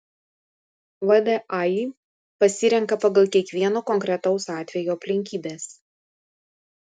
vdai pasirenka pagal kiekvieno konkretaus atvejo aplinkybes